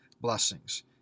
blessings